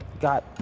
got